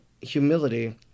humility